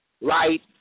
right